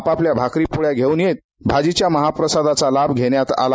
आपापल्या भाकरी पोळ्या घेऊन येत भाजीच्या महाप्रसादाचा लाभ घेण्यात आला